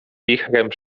wichrem